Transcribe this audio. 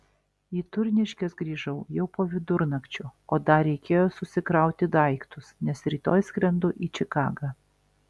į turniškes grįžau jau po vidurnakčio o dar reikėjo susikrauti daiktus nes rytoj skrendu į čikagą